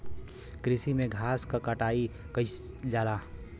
कृषि में घास क कटाई कइल जाला